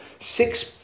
six